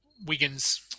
Wiggins